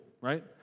right